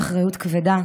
כבדה,